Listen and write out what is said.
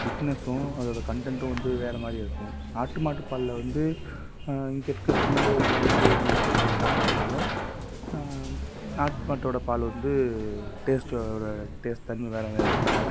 திக்னெஸ்ஸும் அதோடய கன்டெண்ட்டும் வந்து வேறு மாதிரி இருக்கும் நாட்டு மாட்டுப் பாலில் வந்து இங்கே இருக்கற புல்லு இதெல்லாம் வந்து மேஞ்சு சாப்பிட்றதால நாட்டு மாட்டோடய பால் வந்து டேஸ்ட்டு அதோடய டேஸ்ட் தனி வேறு மாதிரி இருக்கும்